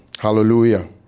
Hallelujah